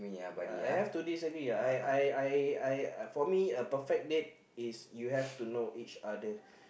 I have to disagree uh I I I I for me a perfect date is you have to know each other